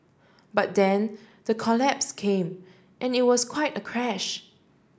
but then the collapse came and it was quite a crash